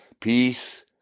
peace